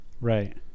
Right